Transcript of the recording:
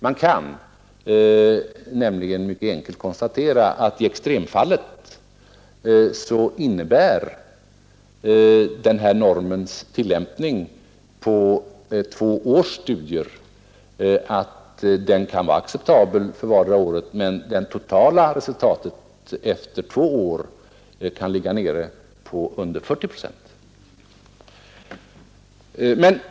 Man kan nämligen mycket enkelt konstatera att den här normens tillämpning på två års studier i extremfallet innebär att den kan vara acceptabel för vartdera året men att det totala resultatet efter två år kan ligga under 40 procent.